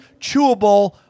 chewable